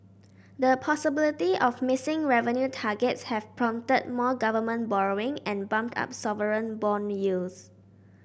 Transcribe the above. the possibility of missing revenue targets have prompted more government borrowing and bumped up sovereign bond yields